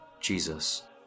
Jesus